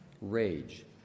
rage